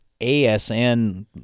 ASN